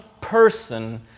person